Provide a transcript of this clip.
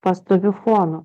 pastoviu fonu